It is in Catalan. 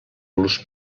los